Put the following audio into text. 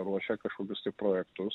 ruošia kažkokius tai projektus